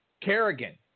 Kerrigan